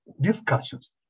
discussions